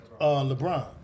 LeBron